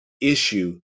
issue